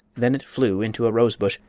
then it flew into a rose bush,